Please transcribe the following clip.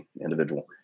individual